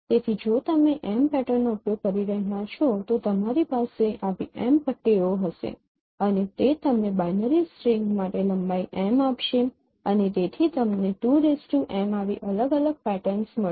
તેથી જો તમે m પેટર્નનો ઉપયોગ કરી રહ્યાં છો તો તમારી પાસે આવી m પટ્ટીઓ હશે અને તે તમને બાઇનરી સ્ટ્રિંગ માટે લંબાઈ m આપશે અને તેથી તમને 2m આવી અલગ અલગ પેટર્ન્સ મળશે